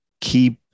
keep